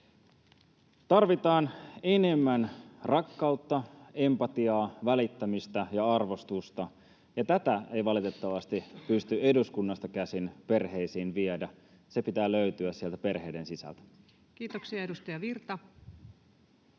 Tarvitaan enemmän rakkautta, empatiaa, välittämistä ja arvostusta, ja tätä ei valitettavasti pysty eduskunnasta käsin perheisiin viemään. Sen pitää löytyä sieltä perheiden sisältä. [Speech 198]